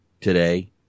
today